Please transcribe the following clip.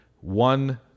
one